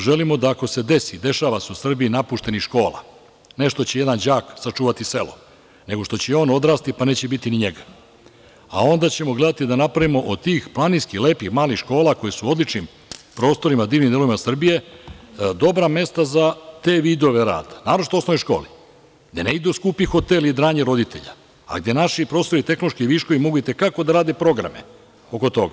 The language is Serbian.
Želimo da ako se desi, i dešava se u Srbiji napuštenih škola, ne što će jedan đak sačuvati selo, nego što će i on odrasti, pa neće biti ni njega, a onda ćemo gledati da napravimo od tih planinskih lepih malih škola, koje su u odličnim prostorima, u divnim predelima Srbije, dobra mesta za te vidove rada, naročito osnovne škole, da ne idu skupi hoteli i dranje roditelja, a gde naši prosvetni i tehnološki viškovi mogu i te kako da rade programe oko toga.